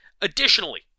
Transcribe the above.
Additionally